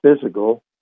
physical